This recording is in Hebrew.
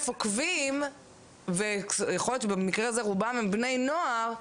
עוקבים ויכול להיות שבמקרה הזה רובם הם בני נוער.